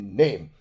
name